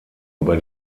über